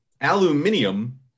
Aluminium